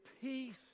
peace